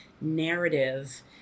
narrative